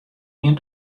ien